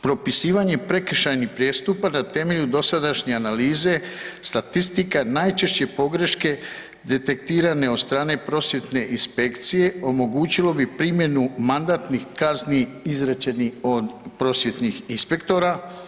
Propisivanje prekršajnih prijestupa na temelju dosadašnje analize statistika najčešće pogreške detektirane od strane Prosvjetne inspekcije omogućilo bi primjenu mandatnih kazni izrečenih od prosvjetnih inspektora.